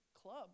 club